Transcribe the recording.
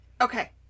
Okay